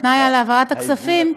התנאי להעברת הכספים,